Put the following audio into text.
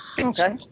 Okay